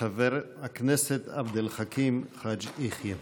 חבר הכנסת עבד אל חכים חאג' יחיא.